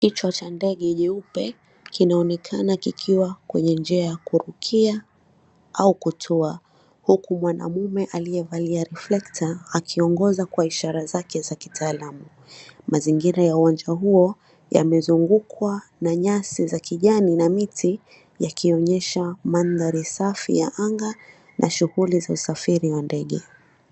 Kichwa cha ndege jeupe kinaonekana kikiwa kwenye njia ya kurukia au kutoa, huku mwanamume aliyevalia reflector akiiongoza kwa ishara zake za kitaalam. Mazingira ya uwanja huo yamezungukwa na nyasi za kijani na miti, yakionyesha manthari safi ya anga na shughuli za usafiri wa ndege.